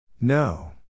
No